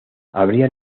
habría